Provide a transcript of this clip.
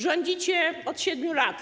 Rządzicie od 7 lat.